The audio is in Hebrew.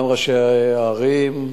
גם ראשי הערים,